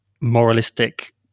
moralistic